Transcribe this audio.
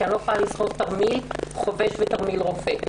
כי אני לא יכולה לסחוב תרמיל חובש ותרמיל רופא.